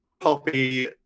poppy